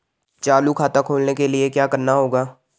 चालू खाता खोलने के लिए क्या करना होगा?